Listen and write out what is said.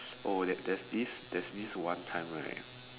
oh there there's this there's this one time right